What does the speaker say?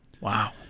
Wow